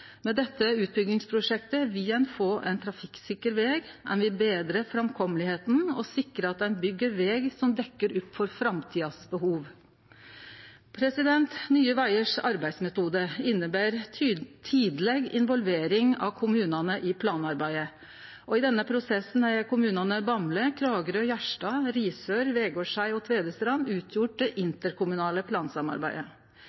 Med dette utbyggingsprosjektet vil ein få ein trafikksikker veg, ein vil betre framkomsten og sikre at ein byggjer veg som dekkjer opp for framtidige behov. Nye Vegars arbeidsmetode inneber tidleg involvering av kommunane i planarbeidet, og i denne prosessen har kommunane Bamble, Kragerø, Gjerstad, Risør, Vegårshei og Tvedestrand utgjort det